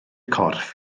corff